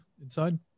inside